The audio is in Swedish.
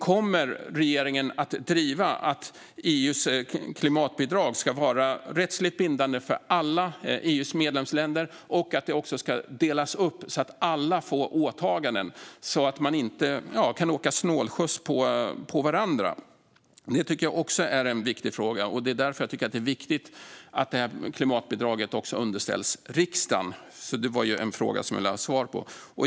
Kommer regeringen att driva att EU:s klimatbidrag ska vara rättsligt bindande för alla EU:s medlemsländer och att det också ska delas upp så att alla får åtaganden - så att man inte ska kunna åka snålskjuts på varandra? Det tycker jag också är en viktig fråga, och det är därför jag tycker att det är viktigt att klimatbidraget underställs riksdagen. Det var alltså en fråga jag ville ha svar på.